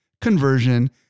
conversion